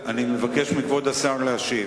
מבקש מכבוד השר להשיב.